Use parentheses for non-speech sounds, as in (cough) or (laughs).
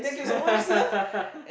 (laughs)